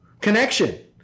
connection